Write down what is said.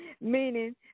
meaning